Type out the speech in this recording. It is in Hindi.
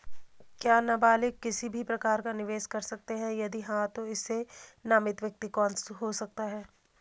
क्या नबालिग किसी भी प्रकार का निवेश कर सकते हैं यदि हाँ तो इसमें नामित व्यक्ति कौन हो सकता हैं?